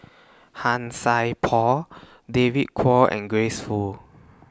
Han Sai Por David Kwo and Grace Fu